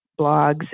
blogs